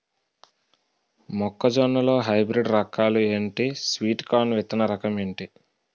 మొక్క జొన్న లో హైబ్రిడ్ రకాలు ఎంటి? స్వీట్ కార్న్ విత్తన రకం ఏంటి?